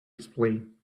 explain